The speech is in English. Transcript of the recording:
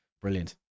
Brilliant